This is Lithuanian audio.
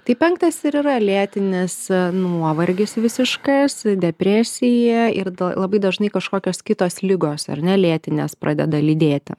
tai penktas ir yra lėtinis nuovargis visiškas depresija ir labai dažnai kažkokios kitos ligos ar ne lėtinės pradeda lydėti